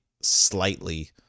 slightly